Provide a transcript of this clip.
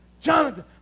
Jonathan